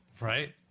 Right